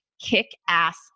kick-ass